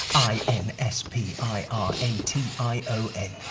i n s p i r a t i o n.